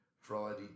Friday